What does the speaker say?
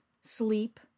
sleep